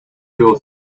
your